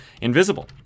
invisible